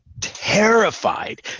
terrified